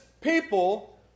people